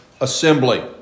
assembly